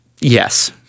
Yes